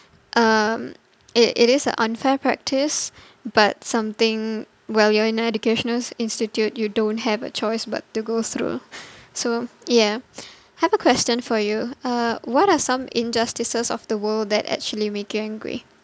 um it it is a unfair practice but something while you're in educational institute you don't have a choice but to go through so yeah have a question for you uh what are some injustices of the world that actually make you angry